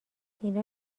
اینا